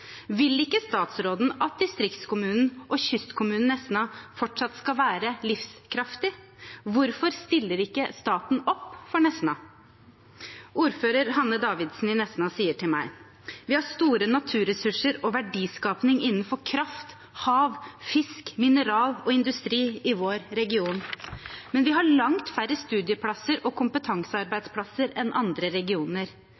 Vil ikke statsråden at distriktskommunen og kystkommunen Nesna fortsatt skal være livskraftig? Hvorfor stiller ikke staten opp for Nesna? Ordfører Hanne Davidsen i Nesna sier til meg: Vi har store naturressurser og verdiskaping innenfor kraft, hav, fisk, mineral og industri i vår region, men vi har langt færre studieplasser og